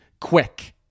quick